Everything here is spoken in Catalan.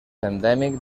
endèmic